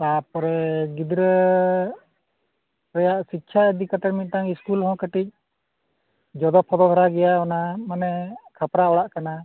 ᱛᱟᱨᱯᱚᱨᱮ ᱜᱤᱫᱽᱨᱟᱹ ᱨᱮᱭᱟᱜ ᱥᱤᱠᱠᱷᱟ ᱤᱫᱤ ᱠᱟᱛᱮᱫ ᱢᱤᱫᱴᱟᱝ ᱥᱠᱩᱞ ᱦᱚᱸ ᱠᱟᱹᱴᱤᱡ ᱡᱚᱫᱚ ᱯᱚᱫᱚ ᱫᱷᱟᱨᱟ ᱜᱮᱭᱟ ᱚᱱᱟ ᱢᱟᱱᱮ ᱯᱟᱠᱟ ᱚᱲᱟᱜ ᱠᱟᱱᱟ